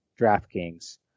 DraftKings